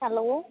hello